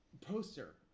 poster